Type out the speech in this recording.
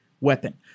weapon